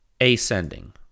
ascending